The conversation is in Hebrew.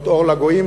להיות אור לגויים,